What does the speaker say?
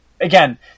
Again